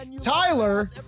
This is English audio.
Tyler